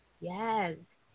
Yes